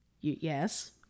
yes